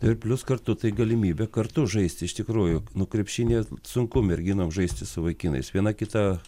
ir plius kartu tai galimybė kartu žaisti iš tikrųjų nu krepšinyje sunku merginoms žaisti su vaikinais viena kita